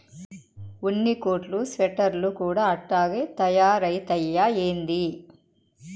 ఉన్ని కోట్లు స్వెటర్లు కూడా అట్టాగే తయారైతయ్యా ఏంది